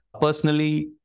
personally